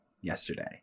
yesterday